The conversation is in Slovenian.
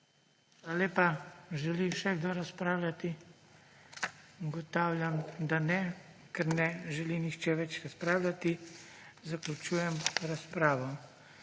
Želi kdo razpravljati? Ugotavljam, da ne. Ker ne želi nihče več razpravljati, zaključujem razpravo.